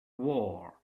war